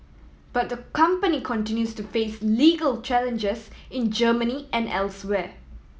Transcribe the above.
but the company continues to face legal challenges in Germany and elsewhere